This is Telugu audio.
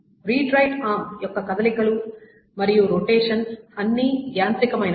రీడ్ రైట్ ఆర్మ్ యొక్క కదలికలు మరియు రొటేషన్ అన్నీ యాంత్రికమైనవి